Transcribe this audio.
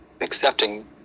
Accepting